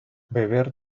beber